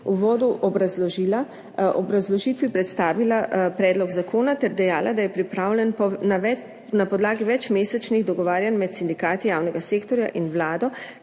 v uvodu v obrazložitvi predstavila predlog zakona ter dejala, da je pripravljen na podlagi večmesečnih dogovarjanj med sindikati javnega sektorja in Vlado,